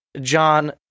John